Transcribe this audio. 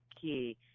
key